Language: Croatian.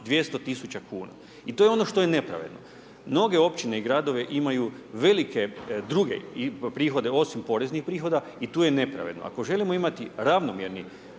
200.000 kuna. I to je ono što je nepravedno. Mnoge općine i gradovi imaju velike druge prihode osim poreznih prihoda i tu je nepravedno. Ako želimo imati ravnomjerni